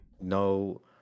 no